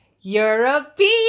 European